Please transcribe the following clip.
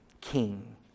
king